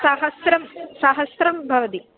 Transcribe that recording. सहस्रं सहस्रं भवन्ति